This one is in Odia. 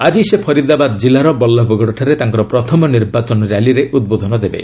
ଆଜି ସେ ଫରିଦାବାଦ ଜିଲ୍ଲାର ବଲ୍ଲଭଗଡ଼ଠାରେ ତାଙ୍କର ପ୍ରଥମ ନିର୍ବାଚନୀ ର୍ୟାଲିରେ ଉଦ୍ବୋଧନ ଦେବେ